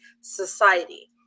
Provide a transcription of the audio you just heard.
Society